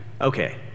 Okay